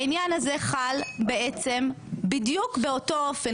העניין הזה חל בדיוק באותו אופן.